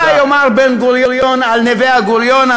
תודה.